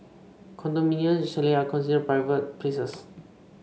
condominiums and chalet are considered private places